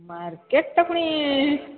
market ତା ପୁଣି